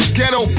ghetto